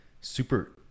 super